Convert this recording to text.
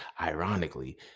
ironically